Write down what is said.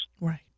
Right